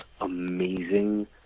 amazing